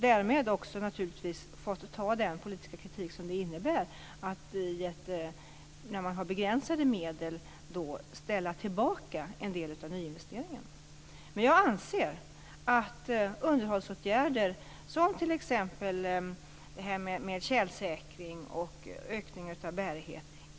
Därmed har jag naturligtvis också fått ta den politiska kritik som det innebär att, när man har begränsade medel, ställa tillbaka en del av nyinvesteringarna. Men jag anser att det är viktigt med underhållsåtgärder, som t.ex. det här med tjälsäkring och ökning av bärighet.